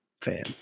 fan